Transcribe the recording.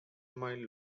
mile